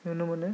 नुनो मोनो